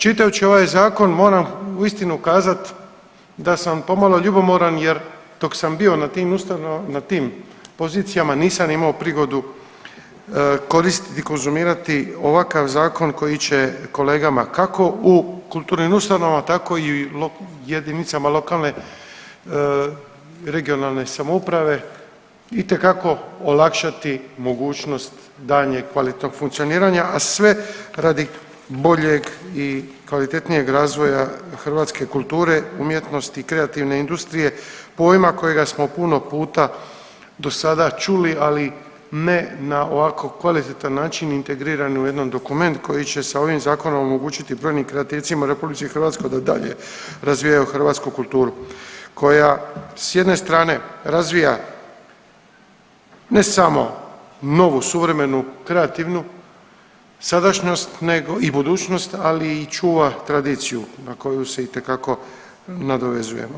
Čitajući ovaj zakon moram uistinu kazat da sam pomalo ljubomoran jer dok sam bio na tim pozicijama nisam imao prigodu koristiti i konzumirati ovakav zakon koji će kolegama kako u kulturnim ustanovama tako i u jedinicama lokalne i regionalne samouprave itekako olakšati mogućnost daljnjeg kvalitetnog funkcioniranja, a sve radi boljeg i kvalitetnijeg razvoja hrvatske kulture, umjetnosti i kreativne industrije, pojma kojega smo puno puta do sada čuli, ali ne na ovako kvalitetan način integriran u jedan dokument koji će sa ovim zakonom omogućiti brojnim kreativcima u RH da dalje razvijaju hrvatsku kulturu koja s jedne strane razvija ne samo novu suvremenu kreativnu sadašnjost nego i budućnost, ali i čuva tradiciju na koju se itekako nadovezujemo.